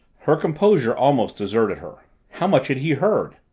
her composure almost deserted her. how much had he heard?